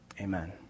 amen